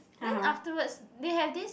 then afterwards they have this